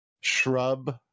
Shrub